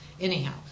anyhow